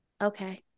okay